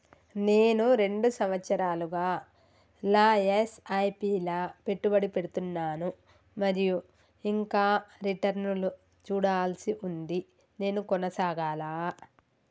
నేను రెండు సంవత్సరాలుగా ల ఎస్.ఐ.పి లా పెట్టుబడి పెడుతున్నాను మరియు ఇంకా రిటర్న్ లు చూడాల్సి ఉంది నేను కొనసాగాలా?